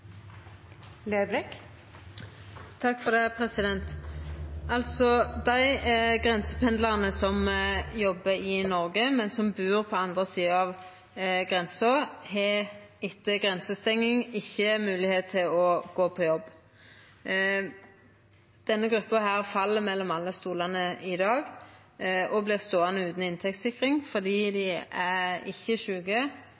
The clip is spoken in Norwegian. det. Dei grensependlarane som jobbar i Noreg, men som bur på andre sida av grensa, har etter grensestenginga ikkje moglegheit til å gå på jobb. Denne gruppa fell mellom alle stolane i dag og vert ståande utan inntektssikring, fordi